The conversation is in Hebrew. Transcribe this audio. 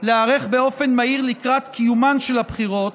להיערך באופן מהיר לקראת קיומן של הבחירות,